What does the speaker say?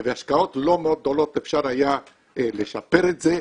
ובהשקעות לא מאוד גדולות אפשר היה לשפר את זה,